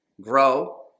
Grow